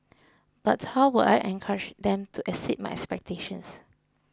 but how would I encourage them to exceed my expectations